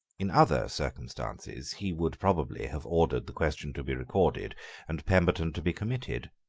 in other circumstances, he would probably have ordered the question to be recorded and pemberton to be committed.